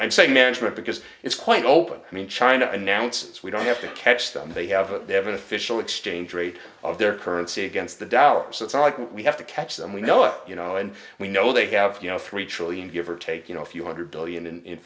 i'm saying management because it's quite open i mean china announced it's we don't have to catch them they have a they have an official exchange rate of their currency against the dollars that's not what we have to catch them we know you know and we know they have you know three trillion give or take you know a few hundred billion in